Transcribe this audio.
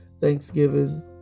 Thanksgiving